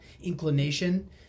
inclination